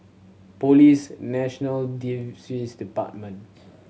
Police National Department